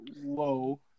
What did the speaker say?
Whoa